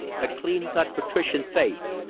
a clean-cut patrician face,